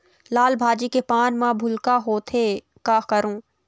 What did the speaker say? लाल भाजी के पान म भूलका होवथे, का करों?